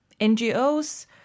NGOs